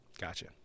Gotcha